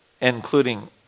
including